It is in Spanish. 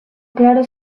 claro